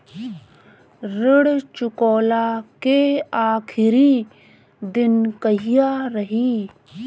ऋण चुकव्ला के आखिरी दिन कहिया रही?